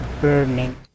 burning